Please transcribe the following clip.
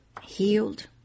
healed